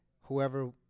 whoever